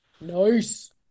Nice